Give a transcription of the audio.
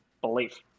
belief